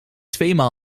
tweemaal